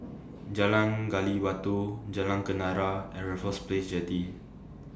Jalan Gali Batu Jalan Kenarah and Raffles Place Jetty